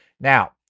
Now